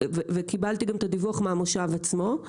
וקיבלתי גם את הדיווח מהמושב עצמו,